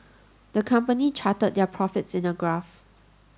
the company charted their profits in a graph